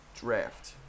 draft